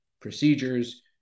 procedures